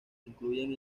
incluyen